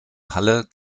halle